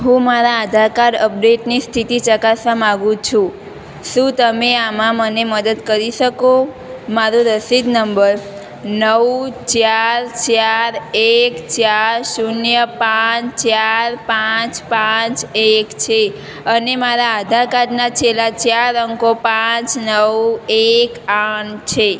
હું મારા આધાર કાર્ડ અપડેટની સ્થિતિ ચકાસવા માગું છું શું તમે આમાં મને મદદ કરી શકો મારું રસીદ નંબર નવ ચાર ચાર એક ચાર શૂન્ય પાંચ ચાર પાંચ પાંચ એક છે અને મારા આધાર કાર્ડના છેલ્લા ચાર અંકો પાંચ નવ એક આઠ છે